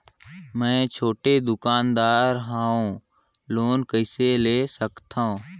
मे छोटे दुकानदार हवं लोन कइसे ले सकथव?